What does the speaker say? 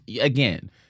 again